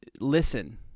listen